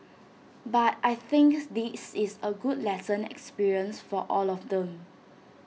but I think this is A good lesson experience for all of them